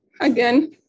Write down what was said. again